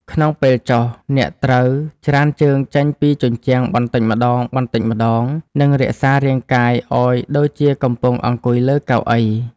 ក្នុងពេលចុះ អ្នកត្រូវច្រានជើងចេញពីជញ្ជាំងបន្តិចម្ដងៗ និងរក្សារាងកាយឱ្យដូចជាកំពុងអង្គុយលើកៅអី។